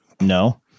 No